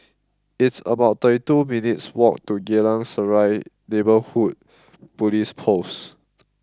it's about thirty two minutes' walk to Geylang Serai Neighbourhood Police Post